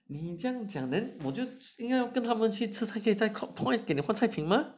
你这样讲 then 我就应该跟他们去吃才可以 clock 给你换菜品吗